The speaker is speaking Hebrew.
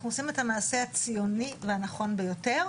עושים את המעשה הציוני והנכון ביותר,